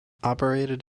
operated